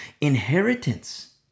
inheritance